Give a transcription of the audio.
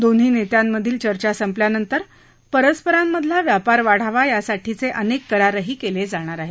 दोन्ही नेत्यांमधली चर्चा संपल्यानंतर परस्परांमधला व्यापार वाढावा यासाठीचे अनेक करारही केले जाणार आहेत